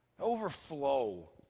overflow